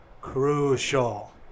crucial